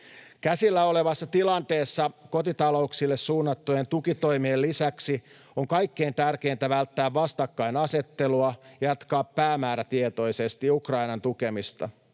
Käsillä olevassa tilanteessa kotitalouksille suunnattujen tukitoimien lisäksi on kaikkein tärkeintä välttää vastakkainasettelua ja jatkaa päämäärätietoisesti Ukrainan tukemista.